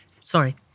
Sorry